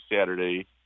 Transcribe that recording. Saturday